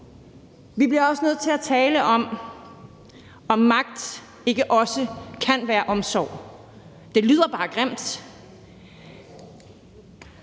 Vi bliver også nødt til at tale om, om magt ikke også kan være omsorg – det lyder bare grimt.